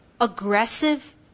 aggressive